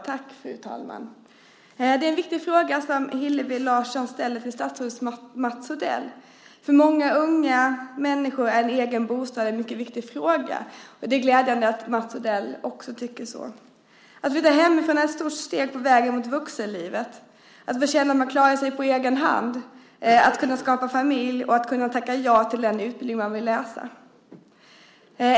Fru talman! Det är en viktig fråga som Hillevi Larsson ställer till statsrådet Mats Odell. För många unga människor är en egen bostad en mycket viktig fråga. Det är glädjande att Mats Odell också tycker det. Att flytta hemifrån är ett stort steg på vägen mot vuxenlivet - att få känna att man klarar sig på egen hand, att kunna skaffa familj och att kunna tacka ja till den utbildning man vill gå.